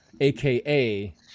aka